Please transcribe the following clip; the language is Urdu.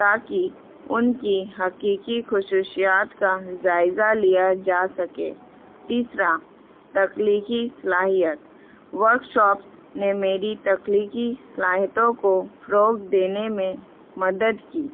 تاکہ ان کی حقیقی خصوشیات کا ائزہ لیا جا سکے تیسرا تخلییکی صلاحیت ورکشاپس نے میری تخلییکی صلاحیتوں کو فروغ دینے میں مدد کی